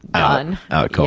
done. out cold.